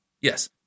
Yes